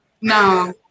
No